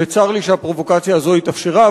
וצר לי שהפרובוקציה הזאת התאפשרה,